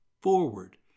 forward